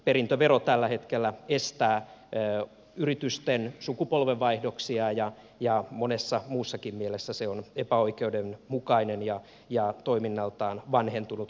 perintövero tällä hetkellä estää yritysten sukupolvenvaihdoksia ja monessa muussakin mielessä se on epäoikeudenmukainen ja toiminnaltaan vanhentunut vero